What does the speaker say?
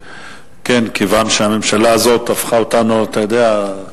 כן, כיוון שהממשלה הזאת הפכה אותנו, אתה יודע,